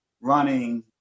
running